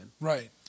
Right